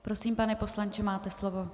Prosím, pane poslanče, máte slovo.